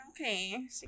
Okay